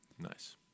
Nice